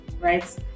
right